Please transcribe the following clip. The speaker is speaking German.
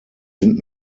sind